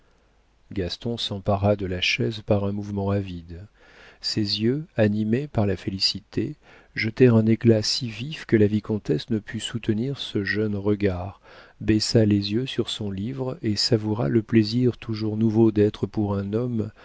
gaston s'empara de la chaise par un mouvement avide ses yeux animés par la félicité jetèrent un éclat si vif que la comtesse ne put soutenir ce jeune regard baissa les yeux sur son livre et savoura le plaisir toujours nouveau d'être pour un homme